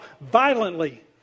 violently